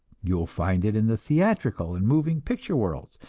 you will find it in the theatrical and moving picture worlds.